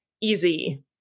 easy